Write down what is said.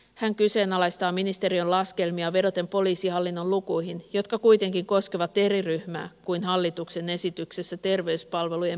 hän kyseenalaistaa ministeriön laskelmia vedoten poliisihallinnon lukuihin jotka kuitenkin koskevat eri ryhmää kuin hallituksen esityksessä terveyspalvelujen piiriin määritellyt